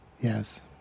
Yes